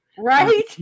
right